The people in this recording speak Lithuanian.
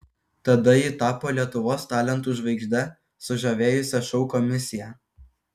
tada ji tapo lietuvos talentų žvaigžde sužavėjusia šou komisiją